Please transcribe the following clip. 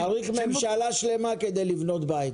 צריך ממשלה שלימה כדי לבנות בית.